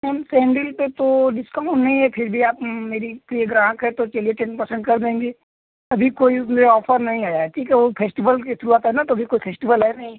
ma'am sandal पर तो discount नहीं है फिर भी आप मेरी प्रिय ग्राहक हैं तो चलिए टेन परसेंट कर देंगे अभी कोई मुझे ऑफर नहीं आया है ठीक है वो फेस्टिवल के थ्रू आता है न तो अभी कोई फेस्टिवल है नहीं